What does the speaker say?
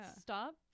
stop